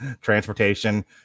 Transportation